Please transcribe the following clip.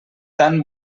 tant